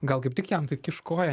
gal kaip tik jam tai kiš koją